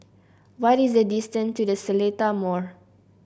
what is the distance to The Seletar Mall